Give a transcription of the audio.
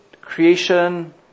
creation